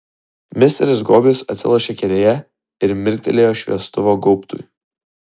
misteris gobis atsilošė kėdėje ir mirktelėjo šviestuvo gaubtui